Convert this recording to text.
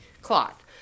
cloth